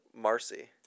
Marcy